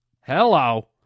Hello